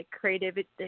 creativity